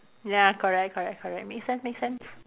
ya correct correct correct make sense make sense